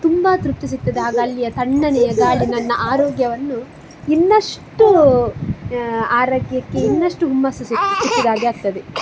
ತುಂಬ ತೃಪ್ತಿ ಸಿಗ್ತದೆ ಆಗ ಅಲ್ಲಿಯ ತಣ್ಣನೆಯ ಗಾಳಿ ನನ್ನ ಆರೋಗ್ಯವನ್ನು ಇನ್ನಷ್ಟು ಆರೋಗ್ಯಕ್ಕೆ ಇನ್ನಷ್ಟು ಹುಮ್ಮಸ್ಸು ಸಿಕ್ಕಿದಾಗೆ ಆಗ್ತದೆ